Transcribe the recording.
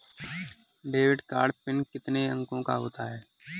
Debit card PIN कितने अंकों का होता है?